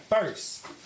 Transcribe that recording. first